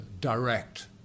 direct